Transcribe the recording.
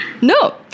No